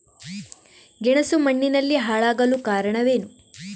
ಗೆಣಸು ಮಣ್ಣಿನಲ್ಲಿ ಹಾಳಾಗಲು ಕಾರಣವೇನು?